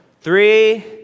three